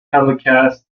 telecasts